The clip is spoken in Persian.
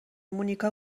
مونیکا